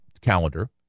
calendar